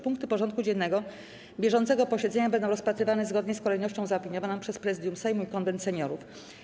Punkty porządku dziennego bieżącego posiedzenia będą rozpatrywane zgodnie z kolejnością zaopiniowaną przez Prezydium Sejmu i Konwent Seniorów.